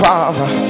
Father